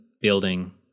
building